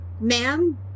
Ma'am